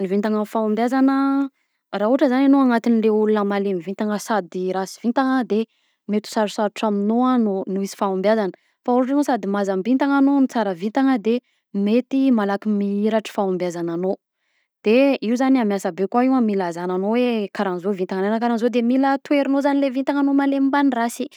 Ny vintana amy fahombiazana, raha ohatra zany anao agnatinle olona malemy vintana sady rasy vintana de mety sarosarotry aminao no no hisy fahombiazana, fa ohatra hoe sady mazambitagna anao no tsara vintagna de mety malaky mihiratra fahombiazagnanao, de io zany miasa a be koa io a milazagna anao hoe karaha anzao ny vintagnanao na karaha anzao de mila toherinao zany le vintagnanao malemy mbanin'ny rasy.